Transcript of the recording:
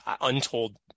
untold